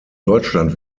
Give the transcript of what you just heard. deutschland